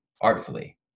artfully